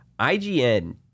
IGN